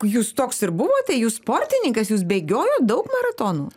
jūs toks ir buvote jūs sportininkas jūs bėgiojot daug maratonų